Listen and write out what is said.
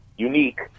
unique